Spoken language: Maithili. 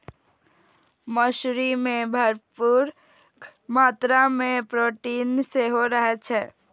मौसरी मे भरपूर मात्रा मे प्रोटीन सेहो रहै छै